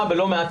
הבנתי.